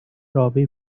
robbie